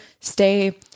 stay